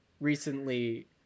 recently